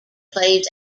plays